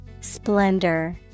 Splendor